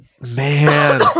Man